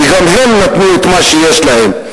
גם הם נתנו את מה שיש להם.